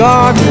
God